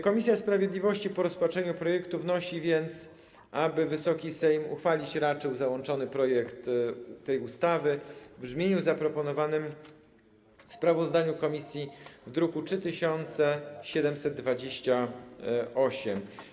Komisja sprawiedliwości po rozpatrzeniu projektu wnosi, aby Wysoki Sejm uchwalić raczył załączony projekt tej ustawy w brzmieniu zaproponowanym w sprawozdaniu komisji w druku nr 3728.